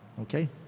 Okay